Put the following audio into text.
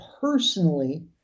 personally